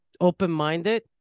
open-minded